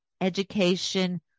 education